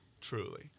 Truly